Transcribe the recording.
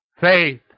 Faith